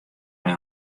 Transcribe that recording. mei